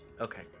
Okay